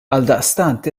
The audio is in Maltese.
għaldaqstant